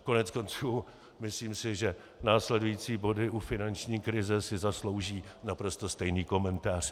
Koneckonců myslím si, že následující body u finanční krize si zaslouží naprosto stejný komentář.